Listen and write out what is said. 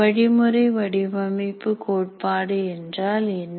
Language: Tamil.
வழிமுறை வடிவமைப்பு கோட்பாடு என்றால் என்ன